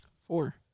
Four